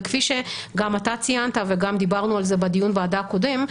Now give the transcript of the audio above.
וכפי שגם אתה ציינת וגם דיברנו על זה בדיון הוועדה הקודם,